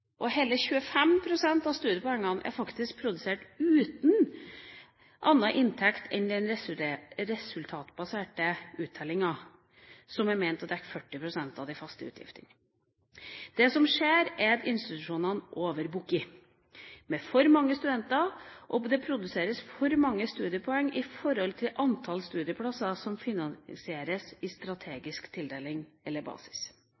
Hele 25 pst. av studiepoengene er faktisk produsert uten annen inntekt enn den resultatbaserte uttellinga som er ment å dekke 40 pst. av de faste utgiftene. Det som skjer, er at institusjonene overbooker med for mange studenter, og det produseres for mange studiepoeng i forhold til antall studieplasser som finansieres i strategisk tildeling – eller basis.